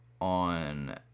on